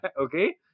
okay